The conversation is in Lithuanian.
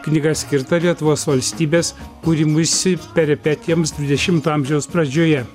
knyga skirta lietuvos valstybės kūrimuisi peripetijoms dvidešimto amžiaus pradžioje